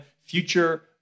future